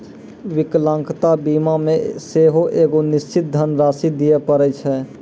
विकलांगता बीमा मे सेहो एगो निश्चित धन राशि दिये पड़ै छै